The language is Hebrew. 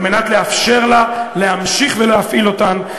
על מנת לאפשר לה להמשיך ולהפעיל אותן,